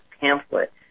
pamphlet